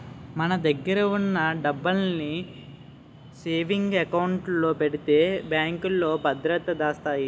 మన దగ్గర ఉన్న డబ్బుల్ని సేవింగ్ అకౌంట్ లో పెడితే బ్యాంకులో భద్రంగా దాస్తాయి